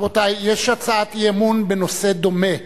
רבותי, יש הצעת אי-אמון בנושא דומה,